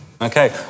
Okay